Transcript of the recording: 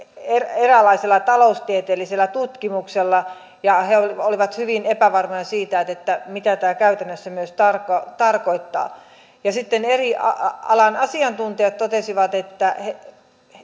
eräänlaisella taloustieteellisellä tutkimuksella ja he he olivat hyvin epävarmoja siitä siitä mitä tämä käytännössä myös tarkoittaa ja sitten eri alan asiantuntijat totesivat että